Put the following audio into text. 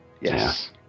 Yes